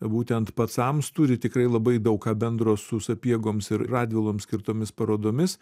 būtent pacams turi tikrai labai daug ką bendro su sapiegoms ir radviloms skirtomis parodomis